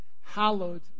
hallowed